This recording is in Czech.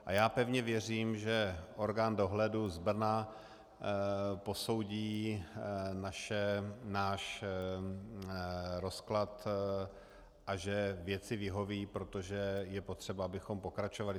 A já pevně věřím, že orgán dohledu z Brna posoudí náš rozklad a že věci vyhoví, protože je potřeba, abychom pokračovali.